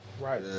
Right